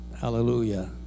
Hallelujah